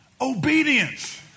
Obedience